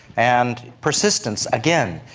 and persistence, again,